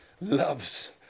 loves